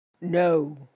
No